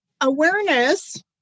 awareness